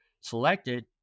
selected